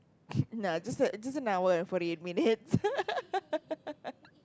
nah just a just a hour and forty eight minutes